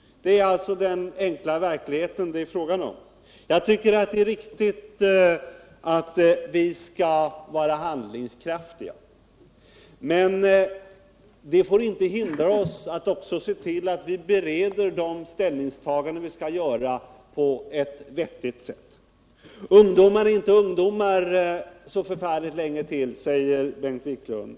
Detta är alltså den enkla verklighet som det är fråga om. Jag tycker det är riktigt att vi skall vara handlingskraftiga, men detta får inte hindra oss från att förbereda ställningstaganden på ett vettigt sätt. Ungdomar är inte ungdomar så förfärligt länge till, sade Bengt Wiklund.